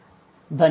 ధన్యవాదాలు